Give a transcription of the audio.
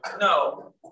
No